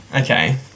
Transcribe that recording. Okay